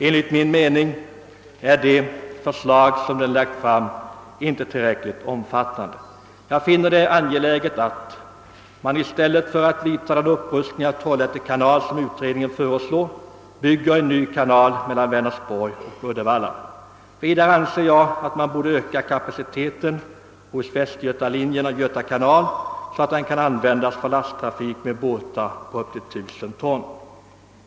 Enligt min mening är det framlagda förslaget inte tillräckligt omfattande. Jag finner det angeläget att man i stället för att vidta en upprustning av Trollhätte kanal, som utredningen föreslår, bygger en ny kanal mellan Vänersborg och Uddevalla. Vidare anser jag att kapaciteten på Göta kanals västgötalinje borde ökas, så att den kan användas för lasttrafik med båtar på upp till 1 000 ton.